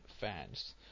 fans